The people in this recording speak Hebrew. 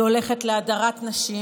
היא הולכת להדרת נשים,